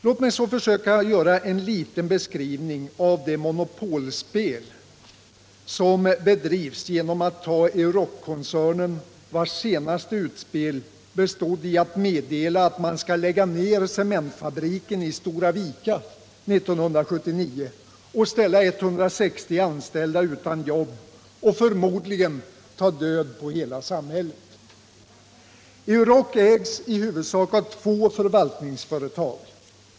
Låt mig så försöka att göra en liten beskrivning av det monopolspel som bedrivs genom att som exempel ta Euroc-koncernen, vars senaste utspel bestod i att meddela att man skall lägga ned cementfabriken i Stora Vika 1979 — ställa 160 människor utan jobb och förmodligen ta död på hela samhället. 101 Euroc ägs i huvudsak av två förvaltningsföretag .